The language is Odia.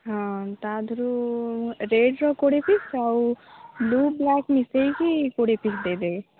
ହଁ ତା'ଦେହରୁ ରେଡ଼୍ର କୋଡ଼ିଏ ପିସ୍ ଆଉ ବ୍ଲୁ ବ୍ଲାକ୍ ମିଶେଇକି କୋଡ଼ିଏ ପିସ୍ ଦେଇଦେବେ